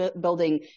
building